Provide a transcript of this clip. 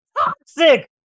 Toxic